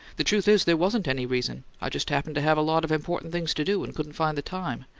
the truth is there wasn't any reason i just happened to have a lot of important things to do and couldn't find the time.